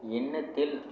எண்ணத்தில்